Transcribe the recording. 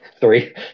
Three